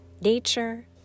nature